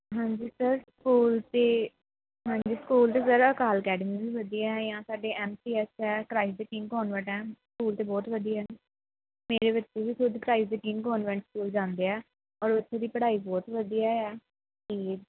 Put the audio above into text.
ਹਾਂਜੀ sir school ਤਾਂ ਹਾਂਜੀ ਸਕੂਲ ਤਾਂ ਸਰ ਅਕਾਲ ਅਕੈਡਮੀ ਵੀ ਵਧੀਆ ਇਆ ਜਾਂ ਸਾਡੇ ਐਮ ਸੀ ਐਸ ਹੈ ਕਰਾਈਡੀਟਿੰਗ ਕੋਨਵੈਂਟ ਹੈ ਸਕੂਲ ਤਾਂ ਬਹੁਤ ਵਧੀਆ ਹੈ ਮੇਰੇ ਬੱਚੇ ਵੀ ਖੁਦ ਕਰਾਈਡੀਟਿੰਗ ਕੋਨਵੈਂਟ ਸਕੂਲ ਜਾਂਦੇ ਹੈ ਔਰ ਉੱਥੇ ਦੀ ਪੜ੍ਹਾਈ ਬਹੁਤ ਵਧੀਆ ਇਆ ਅਤੇ